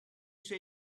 say